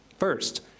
First